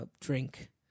drink